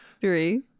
Three